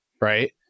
Right